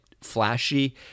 flashy